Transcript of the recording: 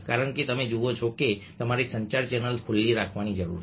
કારણ કે તમે જુઓ છો કે તમારે સંચાર ચેનલ ખુલ્લી રાખવાની જરૂર છે